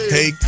Hey